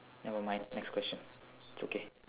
never mind next question it's okay